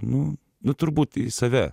nu nu turbūt į save